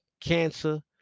cancer